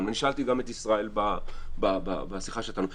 ושאלתי גם את ישראל בשיחה שהייתה לנו עליה.